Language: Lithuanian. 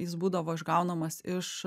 jis būdavo išgaunamas iš